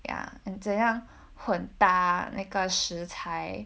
ya and 怎样混搭那个食材